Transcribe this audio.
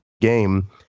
game